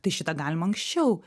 tai šitą galima anksčiau